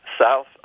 south